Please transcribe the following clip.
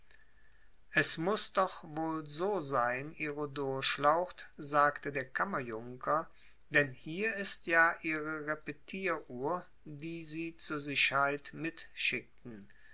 es muß doch wohl so sein ihro durchlaucht sagte der kammerjunker denn hier ist ja ihre repetieruhr die sie zur sicherheit mitschickten